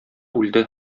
үлде